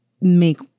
Make